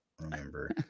remember